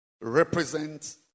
represent